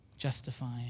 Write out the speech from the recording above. justifying